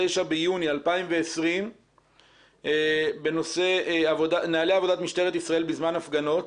ביוני 2020 בנושא נוהלי עבודת משטרת ישראל בזמן הפגנות,